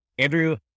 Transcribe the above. Andrew